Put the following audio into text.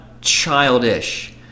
childish